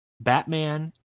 Batman